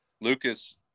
lucas